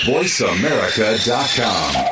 VoiceAmerica.com